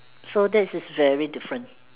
so that is very different